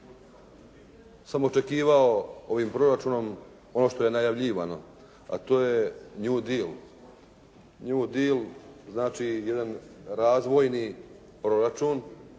sam očekivao ovim proračunom ono što je najavljivano, a to je new deal. New deal znači jedan razvojni proračun,